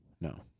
no